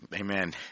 Amen